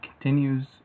continues